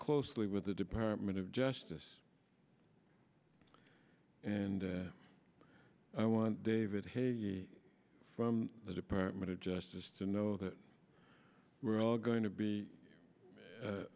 closely with the department of justice and i want david haye from the department of justice to know that we're all going to be